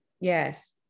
Yes